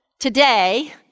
today